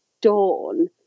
dawn